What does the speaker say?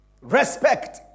respect